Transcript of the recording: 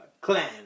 clan